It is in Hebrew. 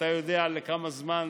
אתה יודע לכמה זמן